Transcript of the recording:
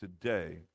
today